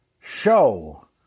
show